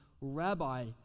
Rabbi